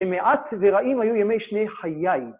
‫מעט ורעים היו ימי שני חיי.